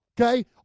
Okay